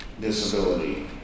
disability